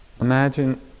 Imagine